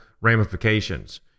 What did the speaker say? ramifications